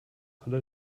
alle